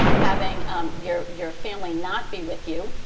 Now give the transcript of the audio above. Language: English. having um your your family not be with you,